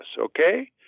okay